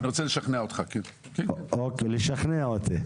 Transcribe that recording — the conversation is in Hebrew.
אני רוצה לשכנע אותך.